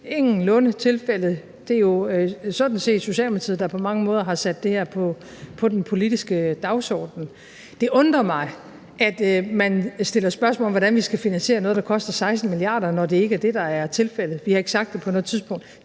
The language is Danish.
ingenlunde tilfældet. Det er jo sådan set Socialdemokratiet, der på mange måder har sat det her på den politiske dagsorden. Det undrer mig, at man stiller et spørgsmål om, hvordan vi skal finansiere noget, der koster 16 mia. kr., når det ikke er det, der er tilfældet. Vi har ikke sagt det på noget tidspunkt,